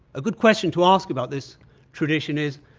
a good question to ask about this tradition is,